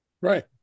Right